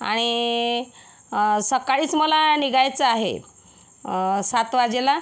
आणि सकाळीच मला निघायचं आहे सात वाजेला